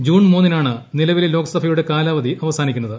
June മൂന്നിനാണ് നിലവിലെ ലോക്സഭയുടെ ് കാലാവധി അവസാനിക്കു ന്നത്